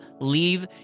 leave